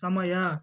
ಸಮಯ